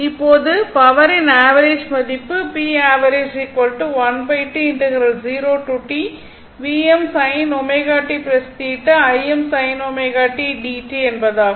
இப்போது பவரின் ஆவரேஜ் மதிப்பு என்பதாகும்